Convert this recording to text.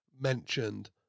mentioned